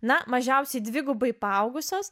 na mažiausiai dvigubai paaugusios